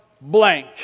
blank